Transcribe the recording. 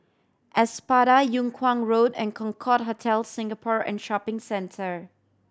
Espada Yung Kuang Road and Concorde Hotel Singapore and Shopping Centre